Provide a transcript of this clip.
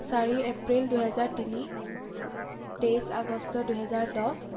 চাৰি এপ্ৰিল দুহেজাৰ তিনি তেইছ আগষ্ট দুহেজাৰ দহ